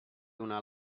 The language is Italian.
una